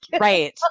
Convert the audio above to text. Right